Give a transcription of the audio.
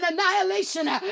annihilation